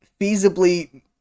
feasibly